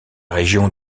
région